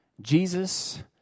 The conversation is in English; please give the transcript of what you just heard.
Jesus